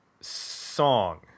song